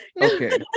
Okay